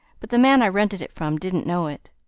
but the man i rented it from didn't know it.